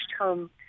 home